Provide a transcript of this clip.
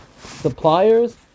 suppliers